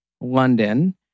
London